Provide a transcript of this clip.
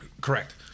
correct